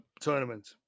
tournament